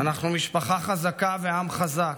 "אנחנו משפחה חזקה ועם חזק.